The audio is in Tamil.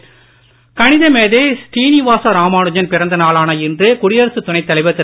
ராமானுஜம் கணிதமேதை ஸ்ரீநிவாச ராமானுஜன் பிறந்த நாளான இன்று குடியரசுத் துணைத்தலைவர் திரு